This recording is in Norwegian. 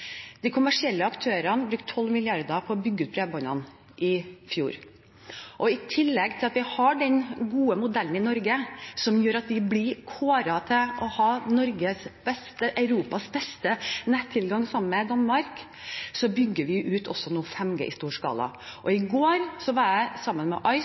De kommersielle aktørene brukte 12 mrd. kr på å bygge ut bredbånd i fjor. I tillegg til at vi har den gode modellen i Norge som gjør at vi blir kåret til å ha Europas beste nettilgang, sammen med Danmark, bygger vi nå også ut 5G i stor skala. I går var jeg sammen med